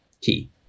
key